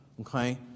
okay